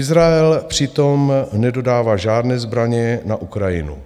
Izrael přitom nedodává žádné zbraně na Ukrajinu.